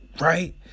right